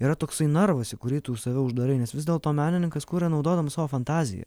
yra toksai narvas į kurį tu save uždarai nes vis dėlto menininkas kuria naudodamas savo fantaziją